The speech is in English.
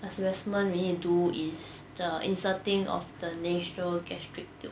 assessment we need to do is the inserting of the nasogastric tube